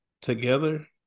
together